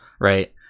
right